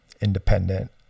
independent